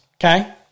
Okay